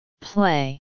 play